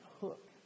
hook